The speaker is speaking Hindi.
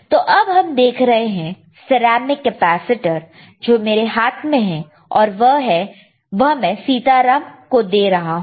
तो अब हम देख रहे हैं सेरेमिक कैपेसिटर जो मेरे हाथ में है और वह में सीताराम को दे रहा हूं